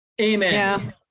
Amen